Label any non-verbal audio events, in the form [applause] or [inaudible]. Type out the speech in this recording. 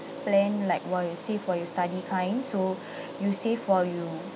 plan like while you save while you study kind so [breath] you save while you